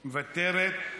מוותרת.